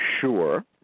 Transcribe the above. sure